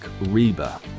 Reba